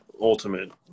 ultimate